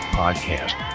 podcast